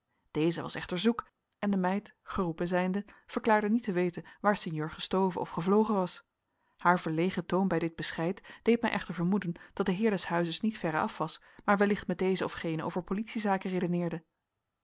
deze was echter zoek en de meid geroepen zijnde verklaarde niet te weten waar sinjeur gestoven of gevlogen was haar verlegen toon bij dit bescheid deed mij echter vermoeden dat de heer des huizes niet verre af was maar wellicht met dezen of genen over politie zaken redeneerde